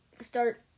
start